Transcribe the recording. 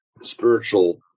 spiritual